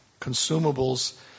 consumables